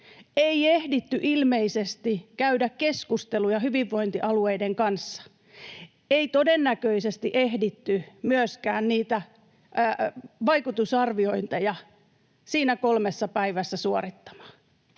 Ei ehditty ilmeisesti käydä keskusteluja hyvinvointialueiden kanssa. Ei todennäköisesti ehditty myöskään niitä vaikutusarviointeja siinä kolmessa päivässä suorittamaan.